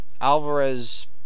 Alvarez